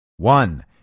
One